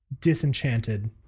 disenchanted